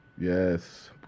Yes